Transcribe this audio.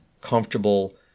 comfortable